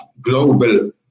global